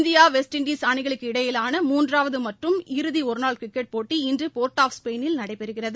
India West Indies அணிகளுக்கு இடையிலான மூன்றாவது மற்றும் இறுதி ஒருநாள் கிரிக்கெட் போட்டி இன்று போர்ட் ஆப் ஸ்பெயினில் நடைபெறுகிறது